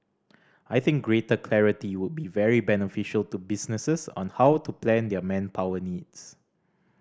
I think greater clarity would be very beneficial to businesses on how to plan their manpower needs